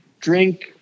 drink